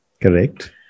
Correct